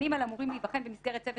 העניינים האלה אמורים להיבחן במסגרת צוות